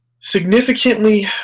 significantly